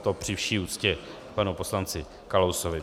To při vší úctě k panu poslanci Kalousovi.